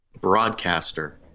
broadcaster